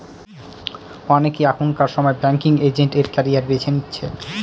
অনেকে এখনকার সময় ব্যাঙ্কিং এজেন্ট এর ক্যারিয়ার বেছে নিচ্ছে